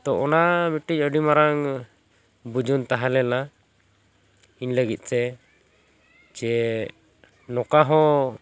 ᱛᱚ ᱚᱱᱟ ᱢᱤᱫᱴᱤᱡ ᱟᱹᱰᱤ ᱢᱟᱨᱟᱝ ᱵᱩᱡᱩᱱ ᱛᱟᱦᱮᱸ ᱞᱮᱱᱟ ᱤᱧ ᱞᱟᱹᱜᱤᱫ ᱛᱮ ᱡᱮ ᱱᱚᱝᱠᱟ ᱦᱚᱸ